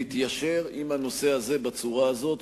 להתיישר עם הנושא הזה בצורה הזו.